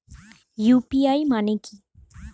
UPI মানে কি?